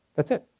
that's it.